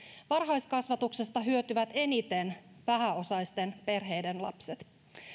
varhaiskasvatuksesta hyötyvät eniten vähäosaisten perheiden lapset